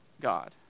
God